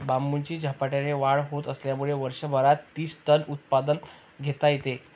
बांबूची झपाट्याने वाढ होत असल्यामुळे वर्षभरात तीस टन उत्पादन घेता येते